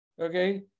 Okay